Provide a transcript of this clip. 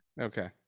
Okay